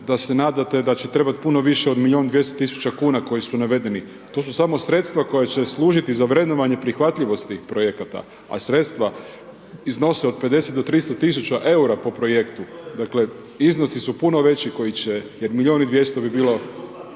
da se nadate da će trebati puno više od milijun i 200 000 kuna koji su navedeni. To su samo sredstva koja će služiti za vrednovanje prihvatljivosti projekata a sredstva iznose od 50 do 300 000 eura po projektu. Dakle, iznosi su puno veći koji će, jer milijun i 200 bi bilo